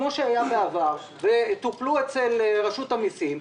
כפי שהיה בעבר כשהם טופלו ברשות המסים,